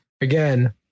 again